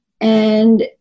and-